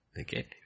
Okay